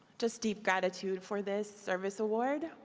just deep gratitude for this service award,